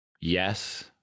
yes